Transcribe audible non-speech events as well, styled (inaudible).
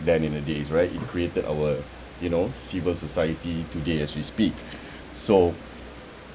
then in the days right it created our you know civil society today as we speak (breath) so